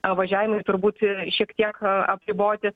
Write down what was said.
važiavimai turbūt ir šiek tiek apriboti